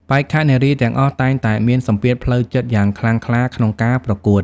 បេក្ខនារីទាំងអស់តែងតែមានសម្ពាធផ្លូវចិត្តយ៉ាងខ្លាំងក្លាក្នុងការប្រកួត។